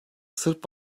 sırp